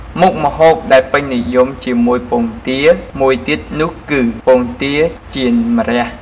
មុខម្ហូបដែលពេញនិយមជាមួយពងទាមួយទៀតនោះគឺ ពងទាចៀនម្រះ ។